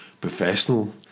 professional